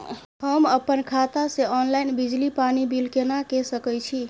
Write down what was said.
हम अपन खाता से ऑनलाइन बिजली पानी बिल केना के सकै छी?